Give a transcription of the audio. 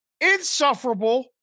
insufferable